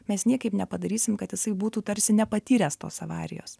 mes niekaip nepadarysim kad jisai būtų tarsi nepatyręs tos avarijos